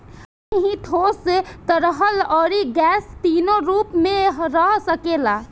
पानी ही ठोस, तरल, अउरी गैस तीनो रूप में रह सकेला